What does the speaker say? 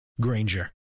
Granger